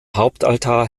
hauptaltar